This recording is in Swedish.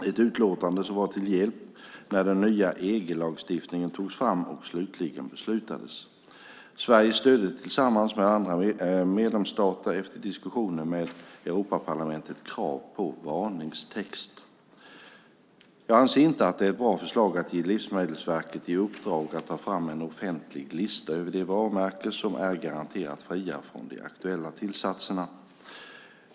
Detta utlåtande var till hjälp när den nya EG-lagstiftningen togs fram och slutligen beslutades. Sverige stödde tillsammans med de andra medlemsstaterna efter diskussioner med Europaparlamentet kravet på varningstext. Jag anser inte att det är ett bra förslag att ge Livsmedelsverket i uppdrag att ta fram en offentlig lista över de varumärken som är garanterat fria från de aktuella tillsatserna.